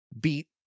beat